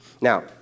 Now